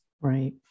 Right